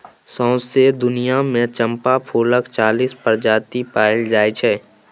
सौंसे दुनियाँ मे चंपा फुलक चालीस प्रजाति पाएल जाइ छै